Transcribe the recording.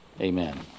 Amen